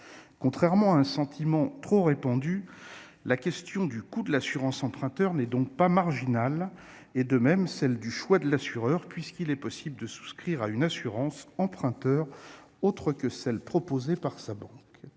Contrairement à un sentiment trop répandu, la question du coût de l'assurance emprunteur n'est pas marginale. Il en va de même pour le choix de l'assureur, puisqu'il est possible de souscrire une assurance emprunteur autre que celle que sa banque